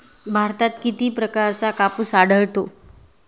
भारतात किती प्रकारचा कापूस आढळतो?